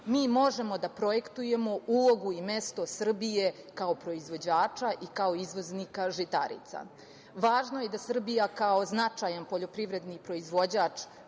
mi možemo da projektujemo ulogu i mesto Srbije kao proizvođača i kao izvoznika žitarica. Važno je da Srbija kao značajan poljoprivredni proizvođač